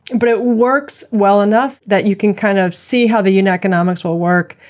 and but it works well enough that you can kind of see how the you know economics will work,